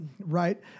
right